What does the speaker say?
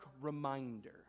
reminder